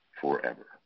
forever